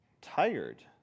tired